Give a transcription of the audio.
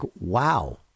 wow